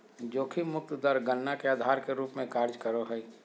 जोखिम मुक्त दर गणना के आधार के रूप में कार्य करो हइ